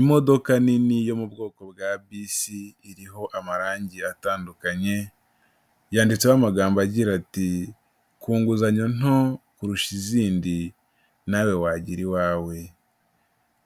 Imodoka nini yo mu bwoko bwa bisi iriho amarangi atandukanye, yanditseho amagambo agira ati ku nguzanyo nto kurusha izindi nawe wagira iwawe,